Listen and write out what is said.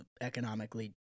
economically